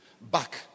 back